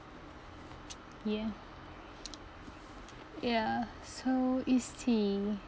ya ya so isti